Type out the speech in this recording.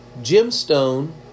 gemstone